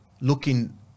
looking